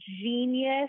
genius